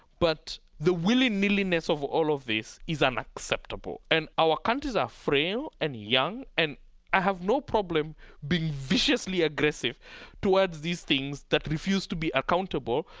but the willy-nilly-ness of all of this is unacceptable. and our countries are frail and young and i have no problem being viciously aggressive towards these things that refuse to be accountable,